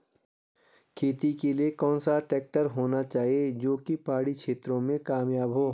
खेती के लिए कौन सा ट्रैक्टर होना चाहिए जो की पहाड़ी क्षेत्रों में कामयाब हो?